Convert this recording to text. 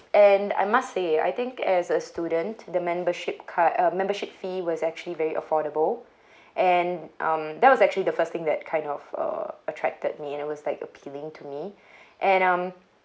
and I must say I think as a student the membership card uh membership fee was actually very affordable and um that was actually the first thing that kind of uh attracted me and it was like appealing to me and um